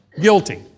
guilty